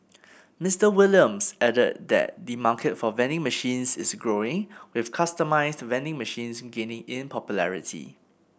Mister Williams added that the market for vending machines is growing with customised vending machines gaining in popularity